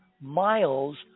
miles